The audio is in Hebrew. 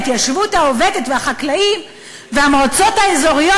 ההתיישבות העובדת והחקלאית והמועצות האזוריות,